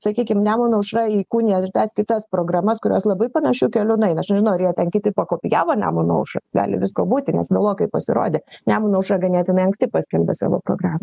sakykim nemuno aušra įkūnija tas kitas programas kurios labai panašiu keliu nueina aš nežinau ar jie ten kiti pakopijavo nemuno aušrą gali visko būti nes vėlokai pasirodė nemuno aušra ganėtinai anksti paskelbė savo programą